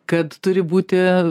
kad turi būti